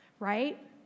Right